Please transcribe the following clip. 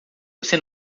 você